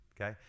okay